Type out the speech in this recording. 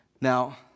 Now